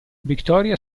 victoria